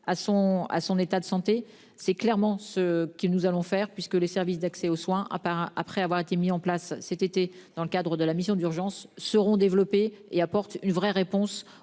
à son état de santé. C'est clairement ce qui nous allons faire puisque les services d'accès aux soins à part après avoir été mis en place cet été dans le cadre de la mission d'urgence seront développés et apporte une vraie réponse